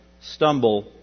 stumble